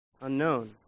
unknown